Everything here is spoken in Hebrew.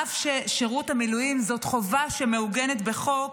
אף ששירות המילואים זאת חובה שמעוגנת בחוק,